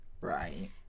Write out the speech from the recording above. Right